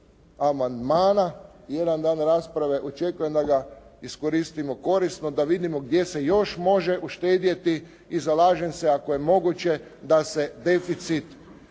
amandmana, i jedan dan rasprave očekujem da ga iskoristimo korisno, da vidimo gdje se još može uštedjeti i zalažem se ako je moguće da se deficit planira